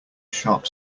sharp